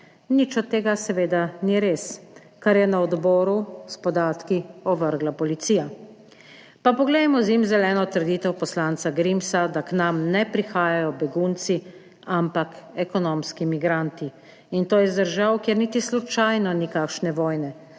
Nič od tega seveda ni res, kar je na odboru s podatki ovrgla policija. Pa poglejmo zimzeleno trditev poslanca Grimsa da k nam ne prihajajo begunci ampak ekonomski migranti in to iz držav kjer niti slučajno ni **14.